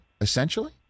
essentially